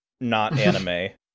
not-anime